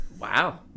Wow